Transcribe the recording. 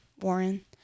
warren